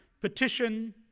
Petition